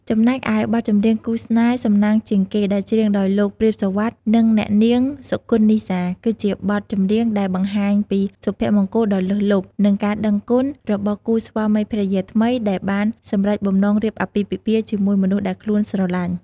ចំណែកឯបទចម្រៀង គូស្នេហ៍សំណាងជាងគេ ដែលច្រៀងដោយលោក ព្រាប សុវត្ថិ និងអ្នកនាង សុគន្ធ នីសា គឺជាបទចម្រៀងដែលបង្ហាញពី សុភមង្គលដ៏លើសលប់ និងការដឹងគុណ របស់គូស្វាមីភរិយាថ្មីដែលបានសម្រេចបំណងរៀបអាពាហ៍ពិពាហ៍ជាមួយមនុស្សដែលខ្លួនស្រឡាញ់។